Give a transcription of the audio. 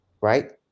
right